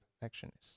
perfectionist